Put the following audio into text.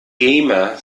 gamer